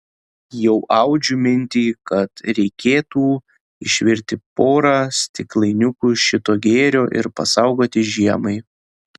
jau audžiu mintį kad reikėtų išvirti porą stiklainiukų šito gėrio ir pasaugoti žiemai